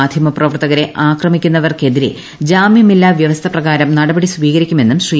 മാധ്യമ പ്രവർത്തകരെ ആക്രമിക്കുന്നവർക്കെതിരെ ജാമൃമില്ലാ വൃവസ്ഥ പ്രകാരം നടപടി സ്വീകരിക്കുമെന്നും ശ്രീ